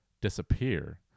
disappear